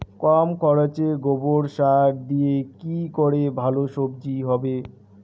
কম খরচে গোবর সার দিয়ে কি করে ভালো সবজি হবে?